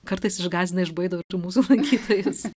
kartais išgąsdina išbaido ir tų mūsų lankytojus